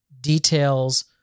details